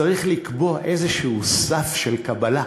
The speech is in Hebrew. צריך לקבוע איזשהו סף של קבלה.